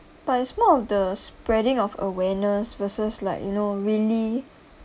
but it's more of the spreading of awareness versus like you know really